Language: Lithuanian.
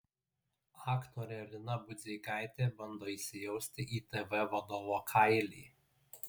aktorė lina budzeikaitė bando įsijausti į tv vadovo kailį